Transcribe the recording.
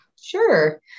Sure